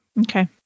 Okay